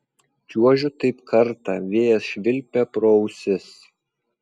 čiuožiu taip kartą vėjas švilpia pro ausis